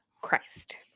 Christ